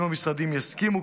אם המשרדים יסכימו,